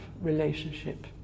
relationship